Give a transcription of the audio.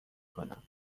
کنم